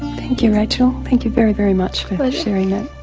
thank you rachel, thank you very, very much for sharing that.